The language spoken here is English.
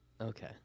okay